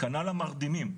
כנ"ל המרדימים,